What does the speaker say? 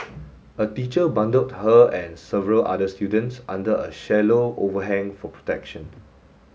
a teacher bundled her and several other students under a shallow overhang for protection